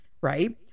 right